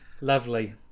Lovely